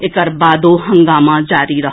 एकर बादो हंगामा जारी रहल